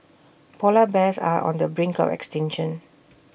Polar Bears are on the brink of extinction